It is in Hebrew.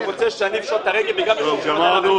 אתה רוצה שאני אפשוט את הרגל בגלל --- גמרנו,